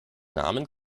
namen